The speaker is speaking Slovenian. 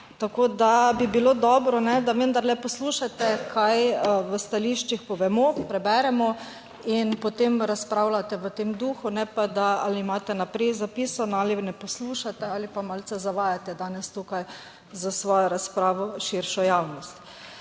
Tako da bi bilo dobro, da vendarle poslušate, kaj v stališčih povemo, preberemo in potem razpravljate v tem duhu, ne pa da ali imate naprej zapisano ali ne, poslušate ali pa malce zavajate danes tukaj s svojo razpravo širšo javnost.